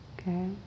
okay